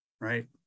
right